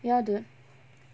ya dude